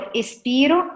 espiro